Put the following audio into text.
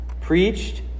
preached